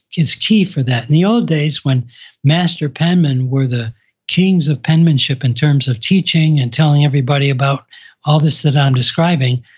it's key for that. in the old days when master penmen were the kings of penmanship in terms of teaching and telling everybody about all this that i'm describing,